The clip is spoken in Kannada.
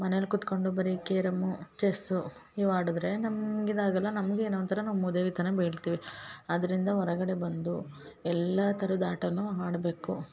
ಮನೇಲಿ ಕುತ್ಕೊಂಡು ಬರಿ ಕೇರಮ್ಮು ಚೆಸ್ಸು ಇವು ಆಡಿದರೆ ನಮ್ಗೆ ಇದಾಗಲ್ಲ ನಮಗೆ ಏನೋ ಒಂಥರನೊ ಮೂದೇವಿ ತನ ಬೆಳ್ತೀವಿ ಅದರಿಂದ ಹೊರಗಡೆ ಬಂದು ಎಲ್ಲಾ ಥರದ ಆಟನು ಆಡಬೇಕು